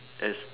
as